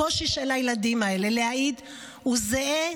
הקושי של הילדים האלה להעיד הוא זהה,